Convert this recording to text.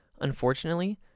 Unfortunately